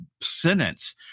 sentence